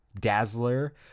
Dazzler